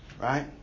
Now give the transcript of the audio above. Right